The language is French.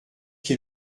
qui